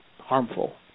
harmful